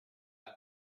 that